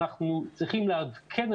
צריכים לעדכן,